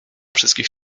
wszystkich